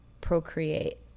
procreate